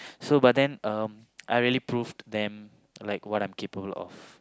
so but then um I really proved them like what I'm capable of